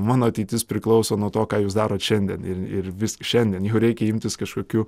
mano ateitis priklauso nuo to ką jūs darot šiandien ir ir vis šiandien jau reikia imtis kažkokių